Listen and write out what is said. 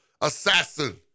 assassin